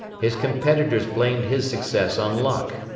his competitors blamed his success on luck.